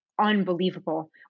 unbelievable